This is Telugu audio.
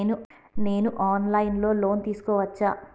నేను ఆన్ లైన్ లో లోన్ తీసుకోవచ్చా?